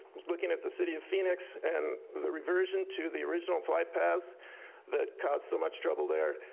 looking at the city of phoenix and the reversion to the original flight paths that caused so much trouble there.